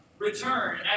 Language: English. Return